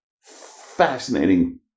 fascinating